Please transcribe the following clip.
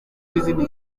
n’izindi